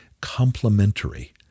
complementary